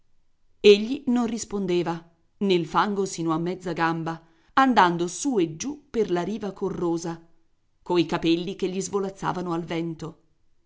egli non rispondeva nel fango sino a mezza gamba andando su e giù per la riva corrosa coi capelli che gli svolazzavano al vento